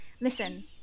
Listen